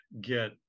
get